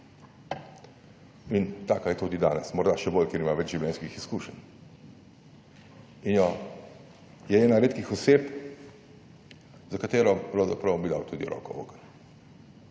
in taka je tudi danes morda še bolj, ker ima več življenjskih izkušenj. In je ena redkih oseb, za katero pravzaprav bi dal tudi roko v ogenj.